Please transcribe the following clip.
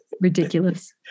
Ridiculous